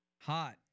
Hot